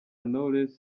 knowless